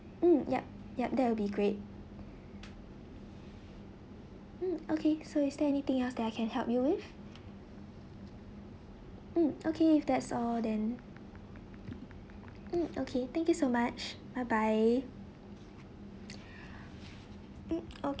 mm yup yup that will be great mm okay so is there anything else that I can help you with mm okay if that's all then mm okay thank you so much bye bye